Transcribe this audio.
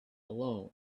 alone